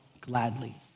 gladly